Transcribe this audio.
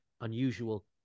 unusual